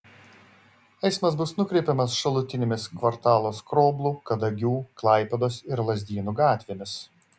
eismas bus nukreipiamas šalutinėmis kvartalo skroblų kadagių klaipėdos ir lazdynų gatvėmis